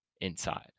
inside